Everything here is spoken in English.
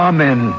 Amen